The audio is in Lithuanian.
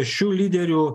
šių lyderių